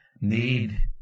need